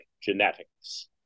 genetics